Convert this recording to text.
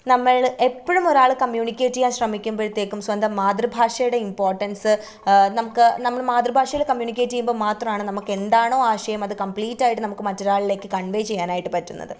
നമ്മൾ എപ്പോഴുമൊരാൾ കമ്മ്യൂണിക്കേറ്റ് ചെയ്യാന് ശ്രമിക്കുമ്പോഴത്തേക്കും സ്വന്തം മാതൃഭാഷയുടെ ഇമ്പോട്ടന്സ് നമുക്ക് നമ്മൾ മാതൃഭാഷയിൽ കമ്മ്യൂണിക്കേറ്റ് ചെയ്യുമ്പം മാത്രമാണ് നമ്മക്കെന്താണോ ആശയം അത് കംബ്ലീറ്റായിട്ട് നമുക്ക് മറ്റൊരാളിലേക്ക് കണ്വേ ചെയ്യാനായിട്ട് പറ്റുന്നത്